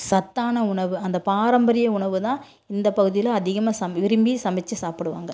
சத்தான உணவு அந்த பாரம்பரிய உணவுதான் இந்த பகுதியில் அதிகமாக சம விரும்பி சமைச்சி சாப்பிடுவாங்க